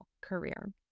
career